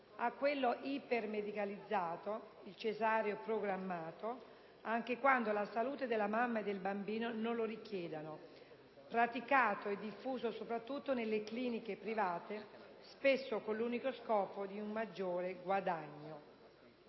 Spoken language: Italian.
a quello del parto ipermedicalizzato, il cesareo programmato, anche quando la salute della mamma e del bambino non lo richiedano, praticato e diffuso soprattutto nelle cliniche private, spesso con l'unico scopo di un maggiore guadagno.